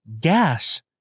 gas